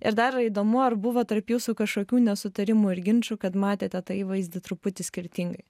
ir dar įdomu ar buvo tarp jūsų kažkokių nesutarimų ir ginčų kad matėte tą įvaizdį truputį skirtingai